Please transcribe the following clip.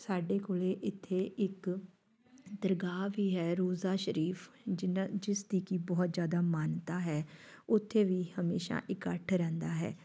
ਸਾਡੇ ਕੋਲ ਇੱਥੇ ਇੱਕ ਦਰਗਾਹ ਵੀ ਹੈ ਰੋਜ਼ਾ ਸ਼ਰੀਫ ਜਿਨ੍ਹਾਂ ਜਿਸਦੀ ਕਿ ਬਹੁਤ ਜ਼ਿਆਦਾ ਮਾਨਤਾ ਹੈ ਉੱਥੇ ਵੀ ਹਮੇਸ਼ਾਂ ਇਕੱਠ ਰਹਿੰਦਾ ਹੈ